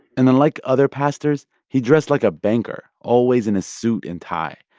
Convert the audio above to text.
and unlike other pastors, he dressed like a banker, always in a suit and tie.